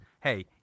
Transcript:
hey